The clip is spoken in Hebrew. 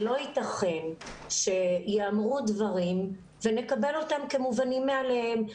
ולא ייתכן שייאמרו דברים ונקבל אותם כמובנים מאליהם.